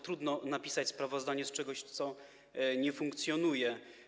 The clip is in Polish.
Trudno napisać sprawozdanie z czegoś, co nie funkcjonuje.